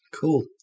Cool